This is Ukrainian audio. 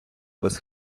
без